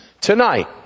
tonight